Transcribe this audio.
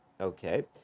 Okay